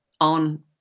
on